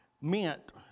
meant